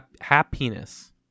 Happiness